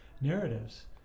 narratives